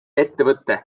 ettevõtte